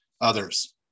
others